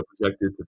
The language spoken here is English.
projected